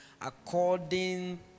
according